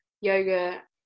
yoga